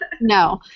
No